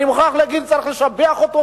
אני מוכרח להגיד שצריך לשבח אותו,